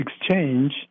exchange